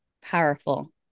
powerful